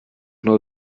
nur